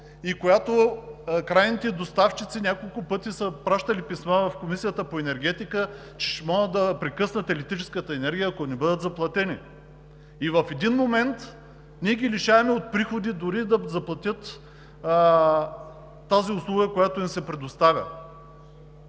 за която крайните доставчици няколко пъти са пращали писма в Комисията по енергетика, че ще могат да прекъснат електрическата енергия, ако не бъде заплатена. И в един момент ние ги лишаваме от приходи дори да заплатят тази услуга, която ни се предоставя.